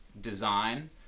design